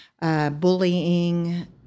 Bullying